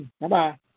Bye-bye